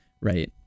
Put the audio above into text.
right